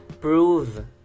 prove